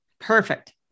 Perfect